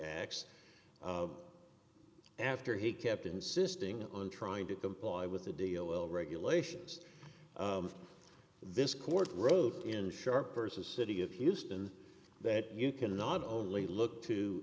acts after he kept insisting on trying to comply with the deal well regulations this court road in sharpers the city of houston that you can not only look to